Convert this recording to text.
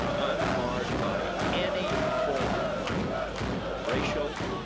unmarred by any form of racial,